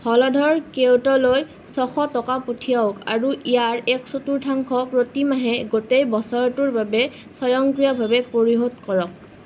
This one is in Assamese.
হলধৰ কেওটলৈ ছশ টকা পঠিয়াওক আৰু ইয়াৰ এক চতুৰ্থাংশ প্ৰতিমাহে গোটেই বছৰটোৰ বাবে স্বয়ংক্ৰিয়ভাৱে পৰিশোধ কৰক